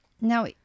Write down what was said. Now